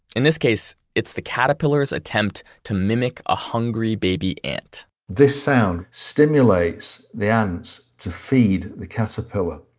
in this case, it's the caterpillar's attempt to mimic a hungry baby ant this sound stimulates the ants to feed the caterpillar.